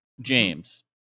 james